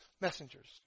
messengers